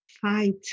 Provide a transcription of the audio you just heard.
fight